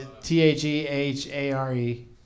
T-H-E-H-A-R-E